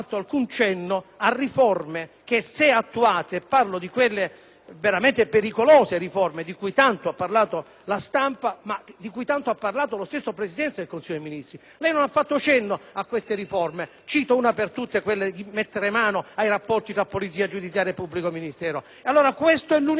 a quelle riforme di cui tanto ha parlato la stampa, ma di cui tanto ha parlato lo stesso Presidente del Consiglio dei ministri. Lei non ha fatto cenno a tali riforme. Ne cito una per tutte, quella che intende mettere mano ai rapporti tra polizia giudiziaria e pubblico ministero. Questa è l'unica cosa di cui le do atto e che mi fa sperare che finalmente questi aspetti